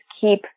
keep